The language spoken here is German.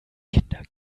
kinder